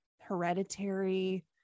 Hereditary